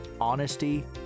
honesty